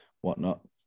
whatnot